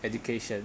education